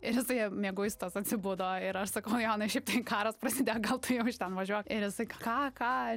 ir jisai mieguistas atsibudo ir aš sakau jonai šiaip tai karas prasidėjo gal tu jau iš ten važiuok ir jisai ką ką